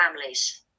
families